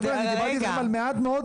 חבר'ה, אני דיברתי אתכם על מעט מאוד נושאים.